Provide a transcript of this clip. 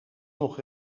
nog